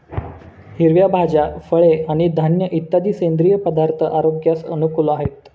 हिरव्या भाज्या, फळे आणि धान्य इत्यादी सेंद्रिय पदार्थ आरोग्यास अनुकूल आहेत